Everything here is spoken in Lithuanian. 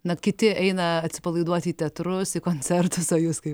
na kiti eina atsipalaiduoti į teatrus į koncertus o jūs kaip